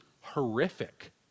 horrific